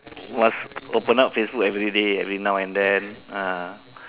must open up Facebook everyday every now and then